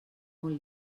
molt